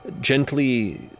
gently